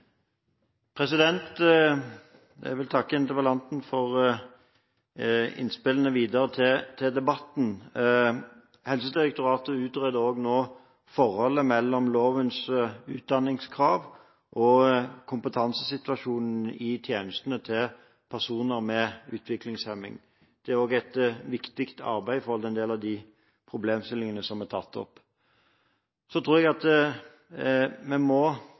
Jeg vil takke interpellanten for innspillene til debatten videre. Helsedirektoratet utreder nå også forholdet mellom lovens utdanningskrav og kompetansesituasjonen i tjenestene til personer med utviklingshemming. Det er også et viktig arbeid i tilknytning til en del av de problemstillingene som er tatt opp. Så tror jeg at vi på en måte må